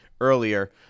earlier